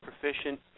proficient